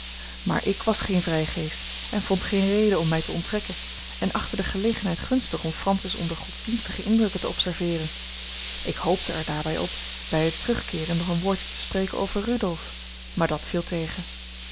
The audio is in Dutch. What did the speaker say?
maar ik was geen vrijgeest vond geen reden om mij te onttrekken en achtte de gelegenheid gunstig om francis onder godsdienstige indrukken te observeeren ik hoopte er daarbij op bij het terugkeeren nog een woordje te spreken over rudolf maar dat viel tegen